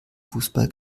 fußball